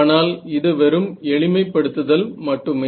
ஆனால் இது வெறும் எளிமைப் படுத்துதல் மட்டுமே